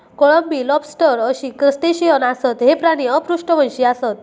कोळंबी, लॉबस्टर अशी क्रस्टेशियन आसत, हे प्राणी अपृष्ठवंशी आसत